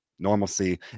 normalcy